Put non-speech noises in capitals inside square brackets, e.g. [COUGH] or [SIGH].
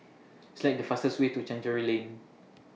[NOISE] Select The fastest Way to Chancery Lane